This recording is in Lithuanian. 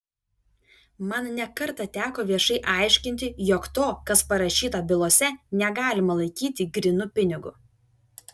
man ne kartą teko viešai aiškinti jog to kas parašyta bylose negalima laikyti grynu pinigu